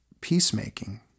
peacemaking